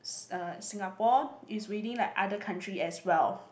s~ uh Singapore is really like other country as well